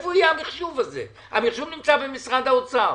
הוא במשרד האוצר.